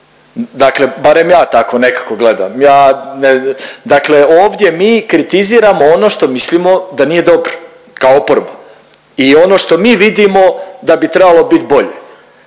Dakle, barem ja tako nekako gledam, ja, dakle ovdje mi kritiziramo ono što mislimo da nije dobro kao oporba i ono što mi vidimo da bi trebalo biti bolje.